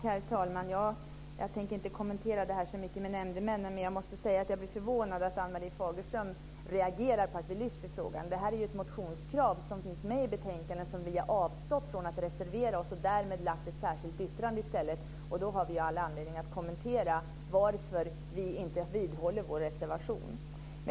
Herr talman! Jag tänker inte kommentera det här med nämndemännen så mycket, men jag måste säga att jag blir förvånad över att Ann-Marie Fagerström reagerar på att vi lyfter frågan. Det här är ju ett motionskrav som finns med i betänkandet där vi har avstått från att reservera oss. Vi har i stället avgett ett särskilt yttrande. Då har vi ju all anledning att kommentera varför vi inte vidhåller vår reservation.